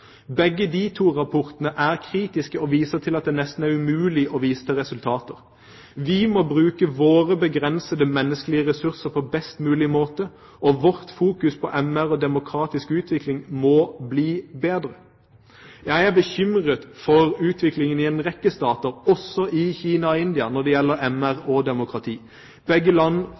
Rapportene derfra er kritiske og viser til at det nesten er umulig å vise til resultater. Vi må bruke våre begrensede menneskelige ressurser på best mulig måte, og vårt fokus på MR og demokratisk utvikling må bli bedre. Jeg er bekymret for utviklingen i en rekke stater, også i Kina og India, når det gjelder MR og demokrati. Begge land